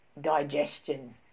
Digestion